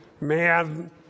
man